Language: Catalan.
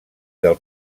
del